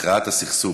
הכרעת הסכסוך.